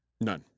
None